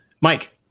Mike